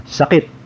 sakit